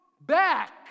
back